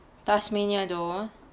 tasmania though